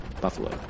Buffalo